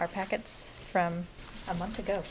our pockets from a month ago